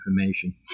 information